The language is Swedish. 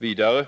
Vidare: